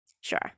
sure